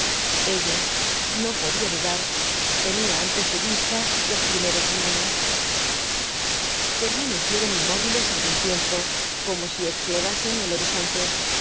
ellos no podía dudar tenía ante su vista los primeros huíanos permanecieron inmóviles algún tiempo como si explorasen el horizonte